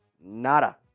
Nada